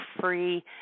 free